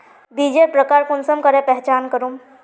बीजेर प्रकार कुंसम करे पहचान करूम?